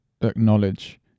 acknowledge